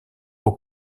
aux